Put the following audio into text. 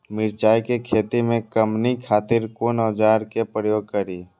मिरचाई के खेती में कमनी खातिर कुन औजार के प्रयोग करी?